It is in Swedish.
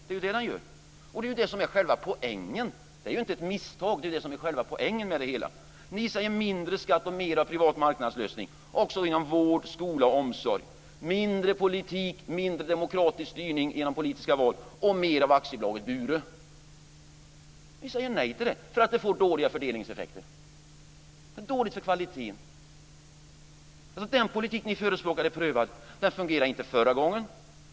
Det är inte ett misstag, utan det är själva poängen. Ni säger: Mindre av skatt och mera av privata marknadslösningar, också inom vård, skola och omsorg, mindre av politik, mindre av demokratisk styrning genom politiska val och mer av AB Bure! Vi säger nej till det, därför att det får dåliga fördelningseffekter. Det är dåligt för kvaliteten. Den politik som ni förespråkar är prövad, och den fungerade inte förra gången.